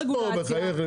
מה יש פה, בחייכם?